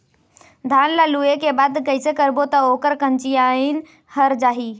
धान ला लुए के बाद कइसे करबो त ओकर कंचीयायिन हर जाही?